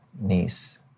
niece